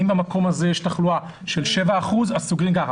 ואם במקום הזה יש תחלואה של 7% אז סוגרים ככה.